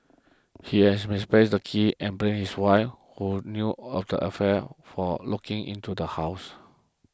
he had misplaced his keys and blamed his wife who knew of the affair for locking into the house